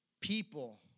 people